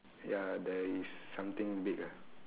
ya there is something big ah